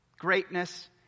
Greatness